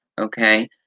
Okay